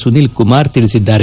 ಸುನಿಲ್ ಕುಮಾರ್ ತಿಳಿಸಿದ್ದಾರೆ